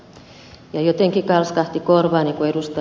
jotenkin kalskahti korvaani kun ed